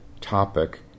topic